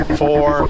four